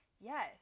Yes